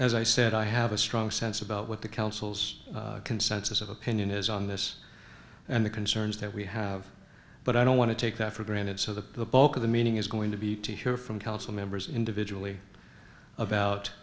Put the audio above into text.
as i said i have a strong sense about what the council's consensus of opinion is on this and the concerns that we have but i don't want to take that for granted so the bulk of the meeting is going to be to hear from council members individually about